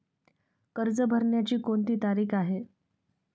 कर्ज भरण्याची कोणती तारीख आहे?